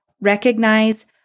recognize